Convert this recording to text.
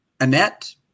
Annette